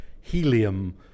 helium